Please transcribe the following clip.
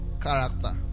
character